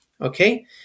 okay